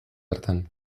hartan